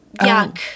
yuck